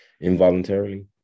involuntarily